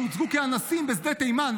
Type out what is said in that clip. שהוצגו כאנסים בשדה תימן,